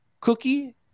cookie